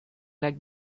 like